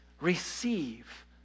Receive